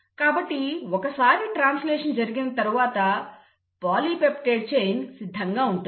కాబట్టి ఒకసారి ట్రాన్స్లేషన్ జరిగిన తర్వాత పాలీపెప్టైడ్ చైన్ సిద్ధంగా ఉంటుంది